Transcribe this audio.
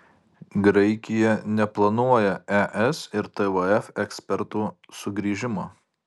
graikija neplanuoja es ir tvf ekspertų sugrįžimo